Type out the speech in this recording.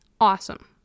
Awesome